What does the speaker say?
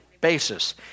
basis